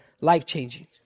life-changing